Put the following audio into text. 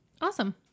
awesome